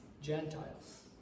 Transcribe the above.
Gentiles